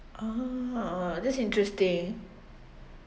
ah that's interesting